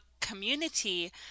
community